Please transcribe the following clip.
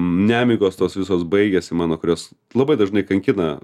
nemigos tos visos baigėsi mano kurios labai dažnai kankina